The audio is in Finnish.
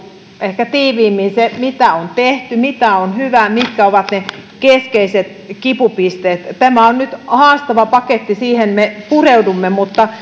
ehkä tiiviimmin se mitä on tehty mitä on hyvää mitkä ovat ne keskeiset kipupisteet tämä on nyt haastava paketti siihen me pureudumme mutta